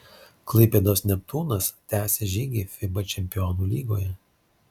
klaipėdos neptūnas tęsia žygį fiba čempionų lygoje